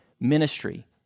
ministry